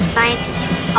Scientists